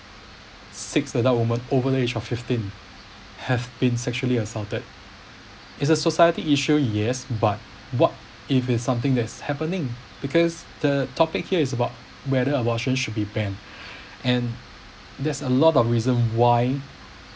six adult women over the age of fifteen have been sexually assaulted it's a society issue yes but what if it's something that's happening because the topic here is about whether abortion should be banned and there's a lot of reason why